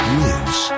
lives